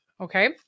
Okay